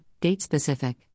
date-specific